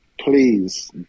please